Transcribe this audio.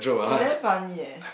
you damn funny eh